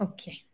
Okay